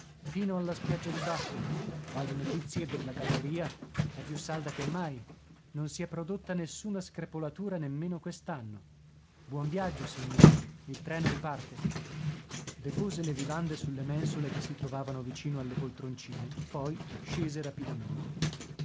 fino alla spiaggia di baffin quali notizie della galleria è più salda che mai non si è prodotta nessuna screpolatura nemmeno quest'anno buon viaggio signori il treno riparte depose le vivande sulle mensole che si trovavano vicino alle poltroncine poi scese rapidamente